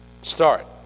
Start